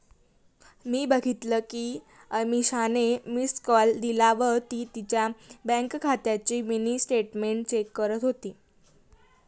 मी बघितल कि अमीषाने मिस्ड कॉल दिला व ती तिच्या बँक खात्याची मिनी स्टेटमेंट चेक करत होती